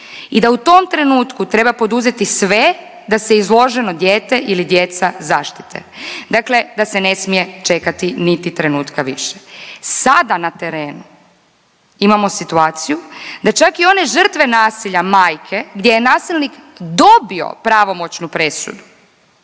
i da u tom trenutku treba poduzeti sve da se izloženo dijete ili djeca zaštite, dakle da se ne smije čekati ni trenutka više. Sada na terenu imamo situaciju da čak i one žrtve nasilja majke gdje je nasilnik dobio pravomoćnu presudu